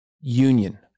union